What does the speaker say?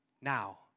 now